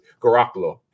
Garoppolo